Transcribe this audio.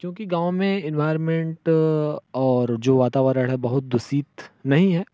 क्योंकि गाँव में एनवायरमेंट और जो वातावरण बहुत दूषित नहीं हैं